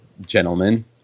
gentlemen